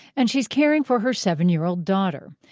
and she's caring for her seven-year-old daughter.